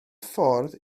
ffordd